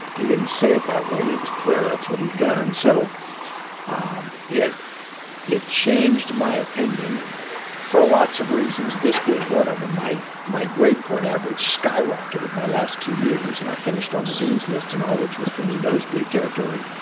he didn't say it that way but it was clear that's what he'd done. so um it it changed my opinion for lots of reasons, this being one of them. my grade point average skyrocketed my last two years, and i finished on the deans list, and all, which was for me, nosebleed territory.